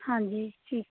ਹਾਂਜੀ ਠੀਕ